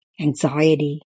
anxiety